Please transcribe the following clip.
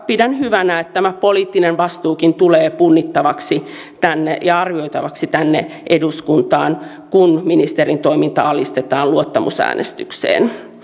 pidän hyvänä että tämä poliittinen vastuukin tulee punnittavaksi ja arvioitavaksi tänne eduskuntaan kun ministerin toiminta alistetaan luottamusäänestykseen